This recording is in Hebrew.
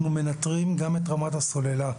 אנחנו מנטרים גם את רמת הסוללה,